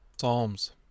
Psalms